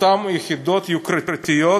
אותן יחידות יוקרתיות